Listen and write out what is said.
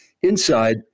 Inside